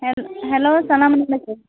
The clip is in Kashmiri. ہیٚلو اسَلام علیکُم